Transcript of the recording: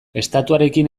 estatuarekin